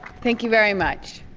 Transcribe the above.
thank you very much.